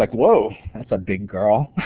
like whoa! that's a big girl!